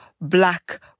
black